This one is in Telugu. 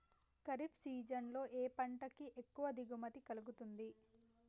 ఖరీఫ్ సీజన్ లో ఏ పంట కి ఎక్కువ దిగుమతి కలుగుతుంది?